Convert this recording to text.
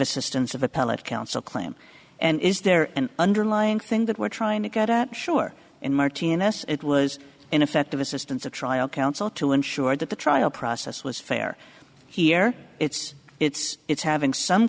assistance of appellate counsel claim and is there an underlying thing that we're trying to get at sure in martinez it was ineffective assistance of trial counsel to ensure that the trial process was fair here it's it's it's having some